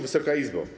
Wysoka Izbo!